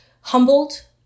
humbled